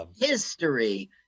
history